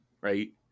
right